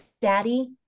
daddy